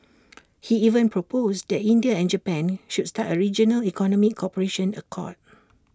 he even proposed that India and Japan should start A regional economic cooperation accord